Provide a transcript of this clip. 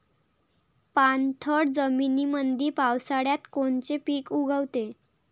पाणथळ जमीनीमंदी पावसाळ्यात कोनचे पिक उगवते?